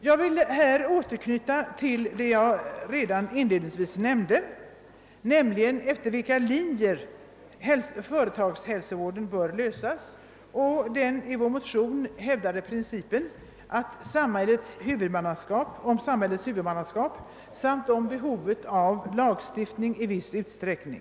Jag vill anknyta till vad jag nämnde redan inledningsvis, nämligen de linjer efter vilka företagshälsovården bör ordnas, den i vår motion hävdade princi pen om samhällets huvudmannaskap samt behovet av lagstiftning i viss utsträckning.